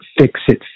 fix-it